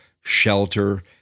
shelter